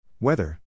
Weather